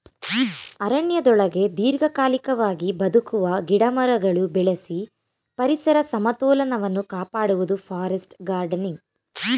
ಅರಣ್ಯದೊಳಗೆ ದೀರ್ಘಕಾಲಿಕವಾಗಿ ಬದುಕುವ ಗಿಡಮರಗಳು ಬೆಳೆಸಿ ಪರಿಸರ ಸಮತೋಲನವನ್ನು ಕಾಪಾಡುವುದು ಫಾರೆಸ್ಟ್ ಗಾರ್ಡನಿಂಗ್